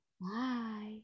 Bye